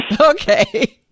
Okay